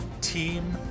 team